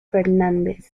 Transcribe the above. fernández